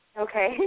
Okay